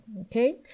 Okay